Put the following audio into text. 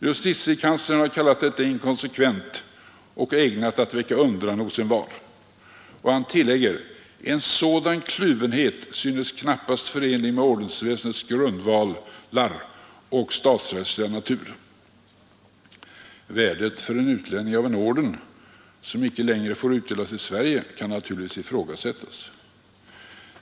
Justitiekanslern har kallat detta inkonsekvent och ägnat att väcka undran hos envar, och han tillägger: En sådan kluvenhet synes knappast förenlig med ordensväsendets grundvalar och statsrättsliga natur. Värdet för en utlänning av en orden som icke längre får utdelas i Sverige kan naturligtvis ifrågasättas.